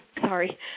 sorry